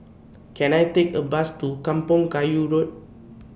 Can I Take A Bus to Kampong Kayu Road